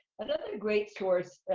another great source,